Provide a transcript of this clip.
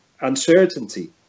uncertainty